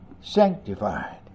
sanctified